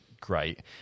great